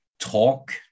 talk